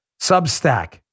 Substack